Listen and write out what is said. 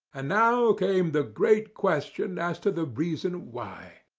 and now came the great question as to the reason why.